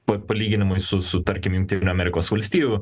pa palyginimui su su tarkim jungtinių amerikos valstijų